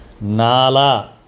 Nala